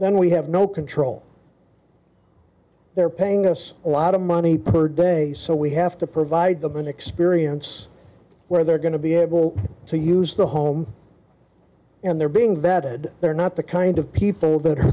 then we have no control they're paying us a lot of money per day so we have to provide them an experience where they're going to be able to use the home and they're being vetted they're not the kind of people that are